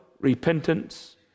repentance